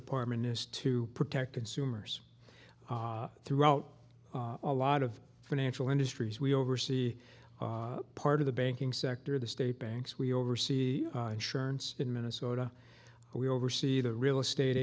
department is to protect consumers throughout a lot of financial industries we oversee part of the banking sector the state banks we oversee insurance in minnesota we oversee the real estate